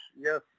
Yes